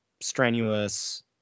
strenuous